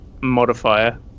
modifier